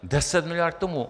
Deset miliard k tomu.